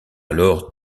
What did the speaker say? alors